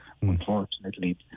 Unfortunately